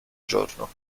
giorno